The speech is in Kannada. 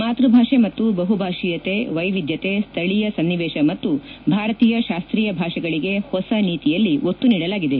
ಮಾತೃಭಾಷೆ ಮತ್ತು ಬಹುಭಾಷೀಯತೆ ವೈವಿಧ್ಯತೆ ಸ್ಥಳೀಯ ಸನ್ನಿವೇಶ ಮತ್ತು ಭಾರತೀಯ ಶಾಸ್ತೀಯ ಭಾಷೆಗಳಗೆ ಹೊಸ ನೀತಿಯಲ್ಲಿ ಒತ್ತು ನೀಡಲಾಗಿದೆ